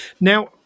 Now